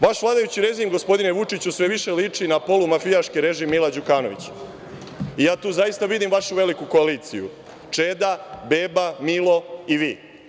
Vaš vladajući režim, gospodine Vučiću sve više liči na polumafijaški režim Mila Đukanovića, i ja tu zaista vidim vašu veliku koaliciju, Čeda, Beba, Milo i Vi.